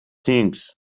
things